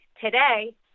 today